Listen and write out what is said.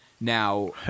Now